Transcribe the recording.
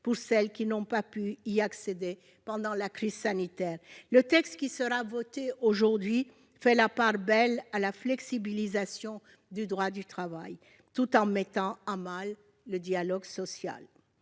pour celles qui n'ont pas pu y accéder pendant la crise sanitaire. Le texte qui sera voté aujourd'hui fait la part belle à la flexibilisation du droit du travail, tout en mettant à mal le dialogue social.